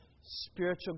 spiritual